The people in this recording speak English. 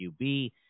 QB